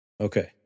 Okay